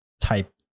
type